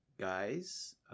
guys